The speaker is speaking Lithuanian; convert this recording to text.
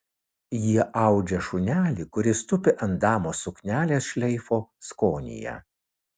jie audžia šunelį kuris tupi ant damos suknelės šleifo skonyje